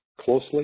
closely